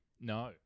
No